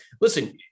listen